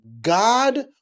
God